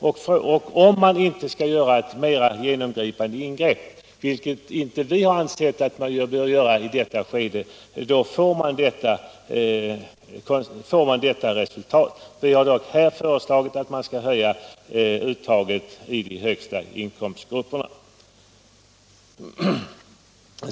Om man inte skall göra ett mer genomgripande ingrepp, vilket regeringen har ansett att man inte bör göra i detta skede, får man detta resultat. Regeringen har dock, i motsats till socialdemokraterna, föreslagit att man skall höja uttaget i de högsta inkomstgrupperna.